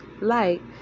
light